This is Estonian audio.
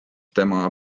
tema